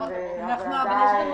וגם משרד האוצר